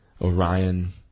Orion